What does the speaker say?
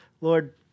Lord